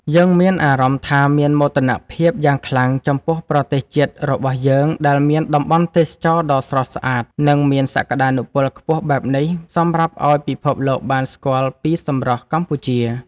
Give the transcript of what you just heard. យើងមានអារម្មណ៍ថាមានមោទនភាពយ៉ាងខ្លាំងចំពោះប្រទេសជាតិរបស់យើងដែលមានតំបន់ទេសចរណ៍ដ៏ស្រស់ស្អាត និង មានសក្តានុពលខ្ពស់បែបនេះសម្រាប់ឱ្យពិភពលោកបានស្គាល់ពីសម្រស់កម្ពុជា។